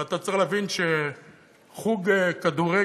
אבל אתה צריך להבין שחוג כדורגל